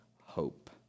hope